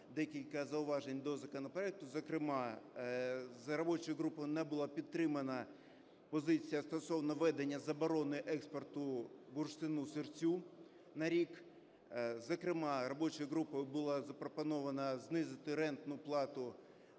декілька зауважень до законопроекту, зокрема, робочою групою не була підтримана позиція стосовно введення заборони експорту бурштину-сирцю на рік, зокрема, робочою групою була запропоновано знизити рентну плату